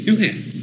Okay